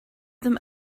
them